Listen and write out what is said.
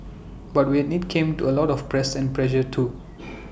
but with IT came to A lot of press and pressure too